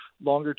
longer